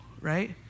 right